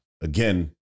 again